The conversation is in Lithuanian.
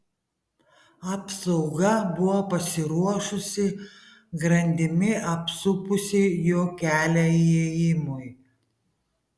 apsauga buvo pasiruošusi grandimi apsupusi jo kelią įėjimui